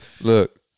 Look